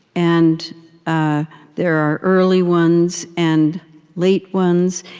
and ah there are early ones and late ones,